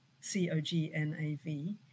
C-O-G-N-A-V